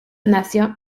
nació